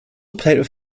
played